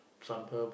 some herb